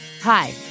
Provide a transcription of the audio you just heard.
Hi